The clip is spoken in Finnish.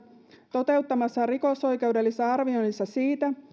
toteuttamassaan rikosoikeudellisessa arvioinnissa siitä